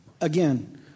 again